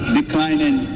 declining